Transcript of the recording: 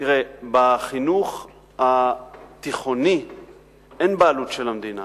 תראה, בחינוך התיכוני אין בעלות של המדינה.